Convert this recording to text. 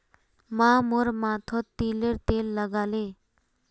माँ मोर माथोत तिलर तेल लगाले